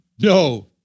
No